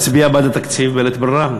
ואצביע בעד התקציב בלית ברירה,